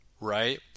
right